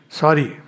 sorry